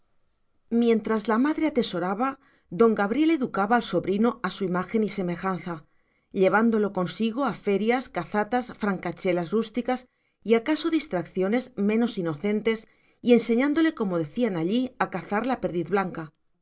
mientras la madre atesoraba don gabriel educaba al sobrino a su imagen y semejanza llevándolo consigo a ferias cazatas francachelas rústicas y acaso distracciones menos inocentes y enseñándole como decían allí a cazar la perdiz blanca